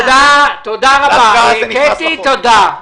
תודה, קטי, תודה.